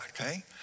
okay